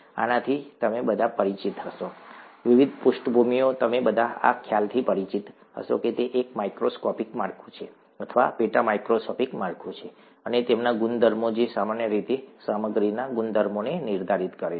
આનાથી તમે બધા પરિચિત હશો વિવિધ પૃષ્ઠભૂમિઓ તમે બધા આ ખ્યાલથી પરિચિત હશો કે તે એક માઇક્રોસ્કોપિક માળખું છે અથવા પેટા માઇક્રોસ્કોપિક માળખું છે અને તેમના ગુણધર્મો જે સમગ્ર રીતે સામગ્રીના ગુણધર્મોને નિર્ધારિત કરે છે